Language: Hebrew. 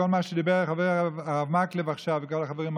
כל מה שדיבר הרב מקלב וכל החברים,